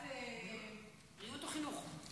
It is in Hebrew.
בריאות או חינוך.